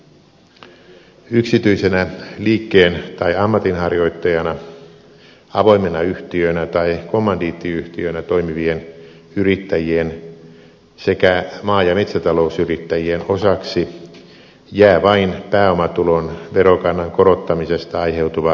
yksityisenä liikkeen tai ammatinharjoittajana avoimena yhtiönä tai kommandiittiyhtiönä toimivien yrittäjien sekä maa ja metsätalousyrittäjien osaksi jää vain pääomatulon verokannan korottamisesta aiheutuva verorasituksen lisäys